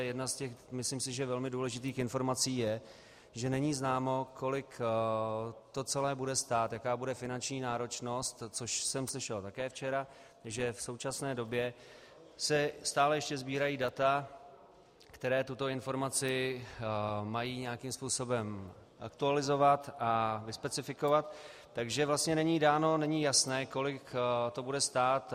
Jedna z těch, myslím si, velmi důležitých informací, je, že není známo, kolik to celé bude stát, jaká bude finanční náročnost, což jsem slyšel také včera, že v současné době se stále ještě sbírají data, která tuto informaci mají nějakým způsobem aktualizovat a specifikovat, takže vlastně není dáno, není jasné, kolik to bude stát.